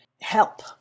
help